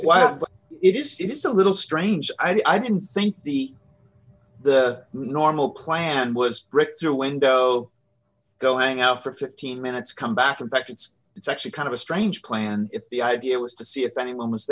it is it is a little strange i didn't think the the normal klan was brick through a window go hang out for fifteen minutes come back in fact it's it's actually kind of a strange plan if the idea was to see if anyone was